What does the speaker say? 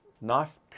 Knife